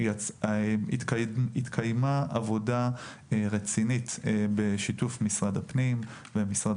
התקיימה עבודה רצינית בשיתוף משרד הפנים ומשרד